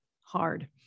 hard